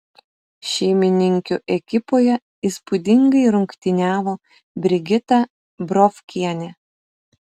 šeimininkių ekipoje įspūdingai rungtyniavo brigita brovkienė